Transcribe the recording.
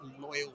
loyal